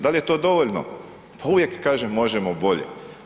Da li je to dovoljno, pa uvijek kažem možemo bolje.